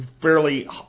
fairly